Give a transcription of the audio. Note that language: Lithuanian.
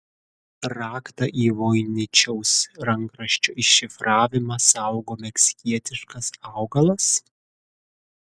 raktą į voiničiaus rankraščio iššifravimą saugo meksikietiškas augalas